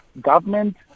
government